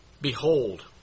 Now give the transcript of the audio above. behold